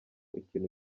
ikintu